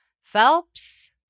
Phelps